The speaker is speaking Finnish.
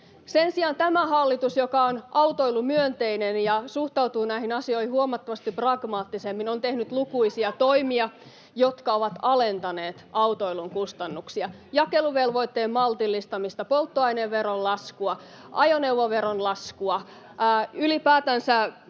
Sen sijaan tämä hallitus, joka on autoilumyönteinen ja suhtautuu näihin asioihin huomattavasti pragmaattisemmin, on tehnyt lukuisia toimia, jotka ovat alentaneet autoilun kustannuksia: jakeluvelvoitteen maltillistamista, polttoaineveron laskua, ajoneuvoveron laskua — ylipäätänsä